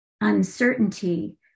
uncertainty